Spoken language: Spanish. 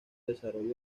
desarrollo